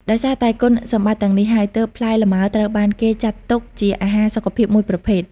ដោយសារតែគុណសម្បត្តិទាំងនេះហើយ ទើបផ្លែលម៉ើត្រូវបានគេចាត់ទុកជាអាហារសុខភាពមួយប្រភេទ។